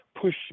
push